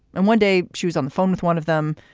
and one day she was on the phone with one of them,